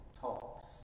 talks